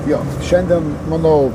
jo šiandien manau